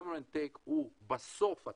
ה-government take הוא בסוף התהליך,